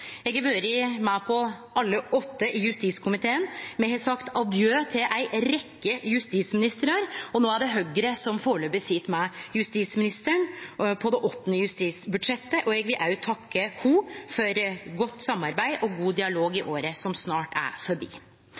Eg har vore med på alle åtte i justiskomiteen. Me har sagt «Adjø» til ei rekkje justisministrar, og no, med det åttande justisbudsjettet, er det Høgre som førebels sit med justisministeren, og eg vil takke statsråden for godt samarbeid og god dialog i året som snart er forbi.